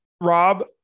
Rob